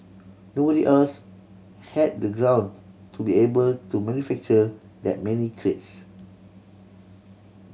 nobody else had the ground to be able to manufacture that many crates